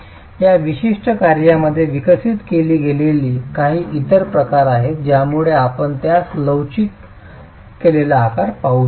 या विशिष्ट कार्यामध्ये विकसित केले गेलेले काही इतर प्रकार आहेत ज्यामुळे आपण त्यास विचलित केलेला आकार पाहू शकता